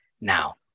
Now